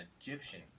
Egyptian